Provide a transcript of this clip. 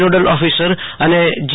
nodal officer અને જી